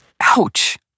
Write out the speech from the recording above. Ouch